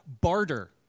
barter